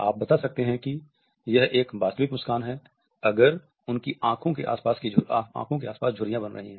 आप बता सकते हैं कि यह एक वास्तविक मुस्कान है अगर उनकी आंखों के आसपास झुर्रियां बन रही हैं